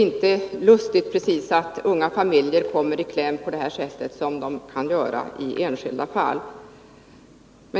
Det är otäckt att unga familjer och enskilda kommer i kläm på detta sätt.